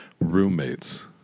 roommates